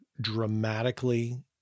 dramatically